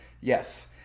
Yes